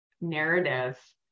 narrative